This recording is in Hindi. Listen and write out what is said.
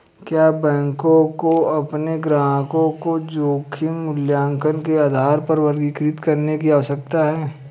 क्या बैंकों को अपने ग्राहकों को जोखिम मूल्यांकन के आधार पर वर्गीकृत करने की आवश्यकता है?